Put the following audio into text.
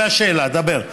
והשאלה, דבר.